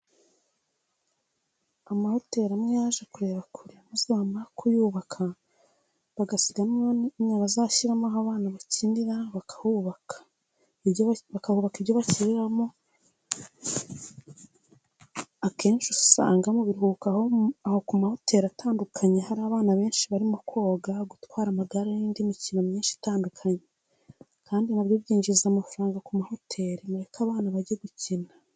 Amahoteri amwe yaje kureba kure maze bamara kuyubaka bagasiga n'umwanya bazashyiramo aho bana bakinira bakahubaka. Ibyo bakiniraho akenshi usanga mu biruhuko aho ku mahoteri atandukanye hari abana benshi barimo koga, gutwara amagare nindi mikino myinshi itandukanye, kandi na byo byinjiza amafaranga ku mahoteri, mureke abana bagegukina.